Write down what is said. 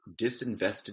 disinvested